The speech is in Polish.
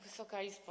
Wysoka Izbo!